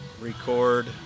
record